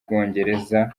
bwongereza